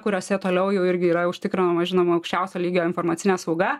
kuriose toliau jau irgi yra užtikrinama žinoma aukščiausio lygio informacinė sauga